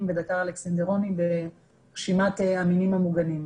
ודקר אלכסנדרוני ברשימת המינים המוגנים.